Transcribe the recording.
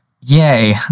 yay